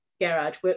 garage